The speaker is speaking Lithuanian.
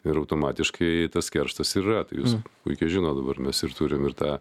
ir automatiškai tas kerštas ir yra tai jūs puikiai žino dabar mes turim ir tą